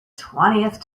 twentieth